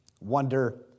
wonder